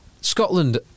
Scotland